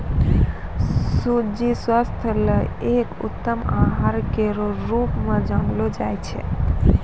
सूजी स्वास्थ्य ल एक उत्तम आहार केरो रूप म जानलो जाय छै